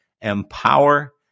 empower